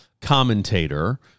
commentator